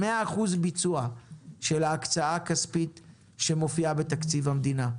ל-100% ביצוע של ההקצאה הכספית שמופיעה בתקציב המדינה.